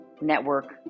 network